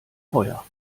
teuer